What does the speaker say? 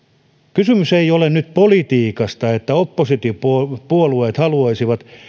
kysymys ei ole nyt politiikasta että oppositiopuolueet haluaisivat